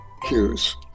cues